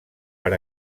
per